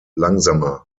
langsamer